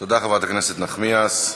תודה, חברת הכנסת נחמיאס.